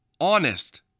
honest